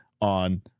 on